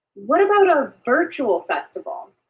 what about a virtual festival?